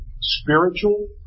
spiritual